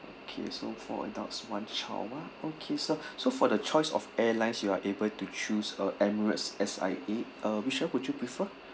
okay so four adults one child ah okay sir so for the choice of airlines you are able to choose uh Emirates S_I_A uh which one would you prefer